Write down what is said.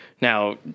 Now